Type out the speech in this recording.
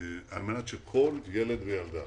על-מנת של ילד וילדה